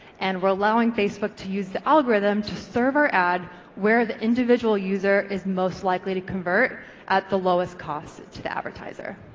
and we're allowing facebook to use the algorithm to serve our ad where the individual user is most likely to convert at the lowest cost to the advertiser.